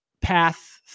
path